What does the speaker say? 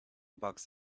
bucks